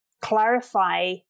clarify